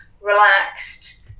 relaxed